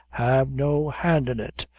have no hand in it.